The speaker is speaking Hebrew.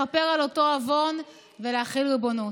לכפר על אותו עוון ולהחיל ריבונות.